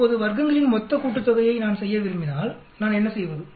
இப்போது வர்க்கங்களின் மொத்த கூட்டுத்தொகையை நான் செய்ய விரும்பினால் நான் என்ன செய்வது